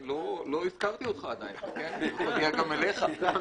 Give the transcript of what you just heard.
אני לא הזכרתי אותך עדיין, נגיע גם אליך.